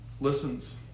listens